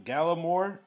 Gallimore